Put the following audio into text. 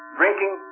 drinking